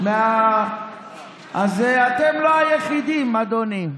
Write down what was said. אז אתם לא היחידים, אדוני.